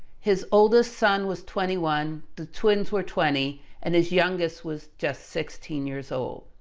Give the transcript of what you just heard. his oldest son was twenty one, the twins were twenty and his youngest was just sixteen years old.